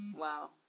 Wow